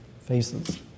faces